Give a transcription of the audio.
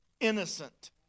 innocent